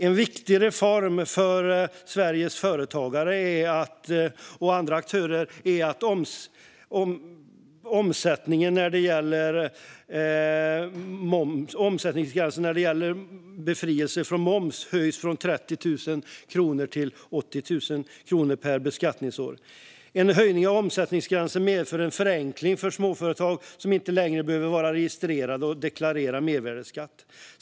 En viktig reform för Sveriges företagare och andra aktörer är att omsättningsgränsen för befrielse från moms höjs från 30 000 kronor till 80 000 kronor per beskattningsår. En höjning av omsättningsgränsen medför en förenkling för småföretag som inte längre behöver vara registrerade och deklarera mervärdesskatt.